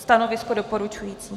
Stanovisko doporučující.